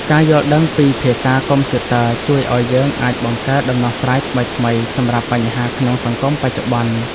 ការយល់ដឹងពីភាសាកុំព្យូទ័រជួយឱ្យយើងអាចបង្កើតដំណោះស្រាយថ្មីៗសម្រាប់បញ្ហាក្នុងសង្គមបច្ចុប្បន្ន។